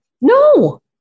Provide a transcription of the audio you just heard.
No